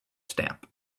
stamp